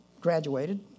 graduated